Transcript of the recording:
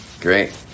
Great